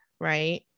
right